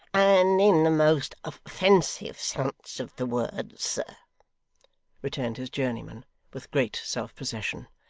and in the most offensive sense of the words, sir returned his journeyman with great self-possession,